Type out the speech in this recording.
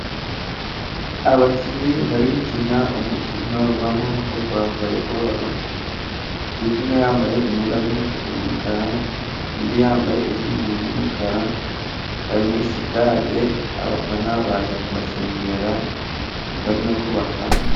Abakinnyi bari gukina umukino w'amaboko wa volebolo ikipe imwe yambaye imyenda z'umutuku n'umukara, undi yambaye iz'umuhondo n'umukara bari muri sitade, abafana baje kubashungera bari no kubafana.